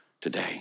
today